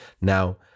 Now